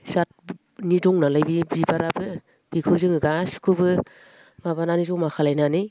जाथनि दं नालाय बे बिबाराबो बेखौ जोङो गासैखौबो माबानानै जमा खालामनानै